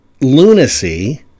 lunacy